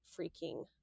freaking